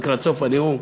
לקראת סוף הנאום,